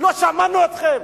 לא שמענו אתכם.